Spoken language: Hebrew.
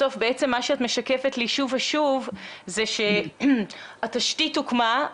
בסוף בעצם מה שאת משקפת לי שוב ושוב זה שהתשתית הוקמה,